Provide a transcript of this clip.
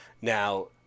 now